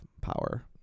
power